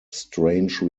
strange